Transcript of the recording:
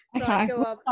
Okay